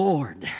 Lord